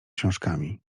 książkami